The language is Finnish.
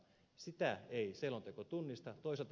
sitä ei selonteko tunnista